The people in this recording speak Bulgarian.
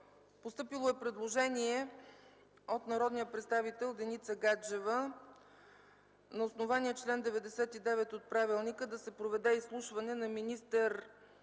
Постъпило е предложение от народния представител Деница Гаджева – на основание чл. 99 от правилника да се проведе изслушване на министър